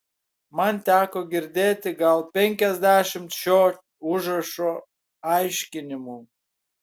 man teko girdėti gal penkiasdešimt šio užrašo aiškinimų